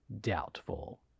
Doubtful